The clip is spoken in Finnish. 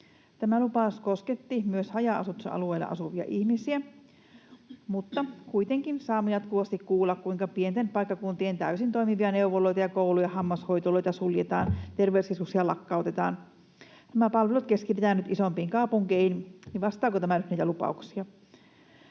Tämä lupaus kosketti myös haja-asutusalueilla asuvia ihmisiä, mutta kuitenkin saamme jatkuvasti kuulla, kuinka pienten paikkakuntien täysin toimivia neuvoloita ja kouluja ja hammashoitoloita suljetaan ja terveyskeskuksia lakkautetaan, kun nämä palvelut keskitetään nyt isompiin kaupunkeihin. Vastaako tämä nyt niitä lupauksia?